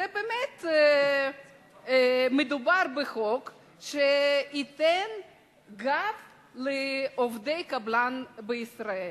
באמת מדובר בחוק שייתן גב לעובדי קבלן בישראל.